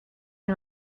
and